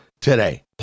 today